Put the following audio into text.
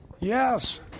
Yes